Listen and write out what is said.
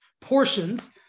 portions